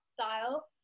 style